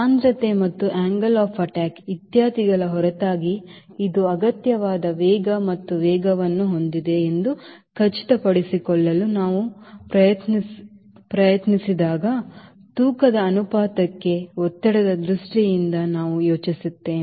ಸಾಂದ್ರತೆ ಮತ್ತುangle of attack ಇತ್ಯಾದಿಗಳ ಹೊರತಾಗಿ ಇದು ಅಗತ್ಯವಾದ ವೇಗ ಅಥವಾ ವೇಗವನ್ನು ಹೊಂದಿದೆ ಎಂದು ಖಚಿತಪಡಿಸಿಕೊಳ್ಳಲು ನಾವು ಪ್ರಯತ್ನಿಸಿದಾಗ ತೂಕದ ಅನುಪಾತಕ್ಕೆ ಒತ್ತಡದ ದೃಷ್ಟಿಯಿಂದ ನಾವು ಯೋಚಿಸುತ್ತೇವೆ